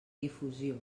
difusió